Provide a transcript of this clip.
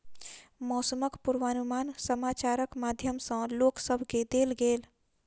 मौसमक पूर्वानुमान समाचारक माध्यम सॅ लोक सभ केँ देल गेल